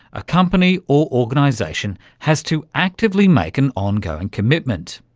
a company or organisation has to actively make an ongoing commitment.